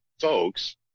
folks